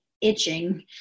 itching